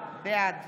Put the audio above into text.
בעד